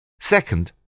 Second